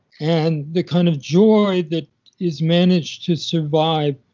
and the kind of joy that is managed to survive